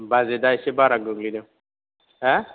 बाजेदा एसे बारा गोग्लैदों हो